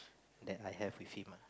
that I have with him ah